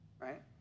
right